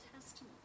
Testament